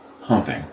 humping